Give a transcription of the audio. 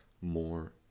more